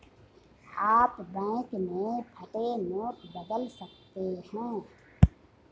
आप बैंक में फटे नोट बदल सकते हैं